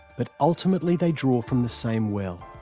but, ultimately, they draw from the same well.